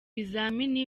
bizamini